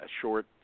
short